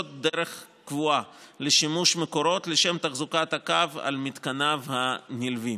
דרך קבועה לשימוש מקורות לשם תחזוקת הקו על מתקניו הנלווים.